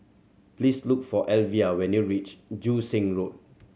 please look for Alvia when you reach Joo Seng Road